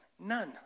None